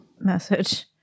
message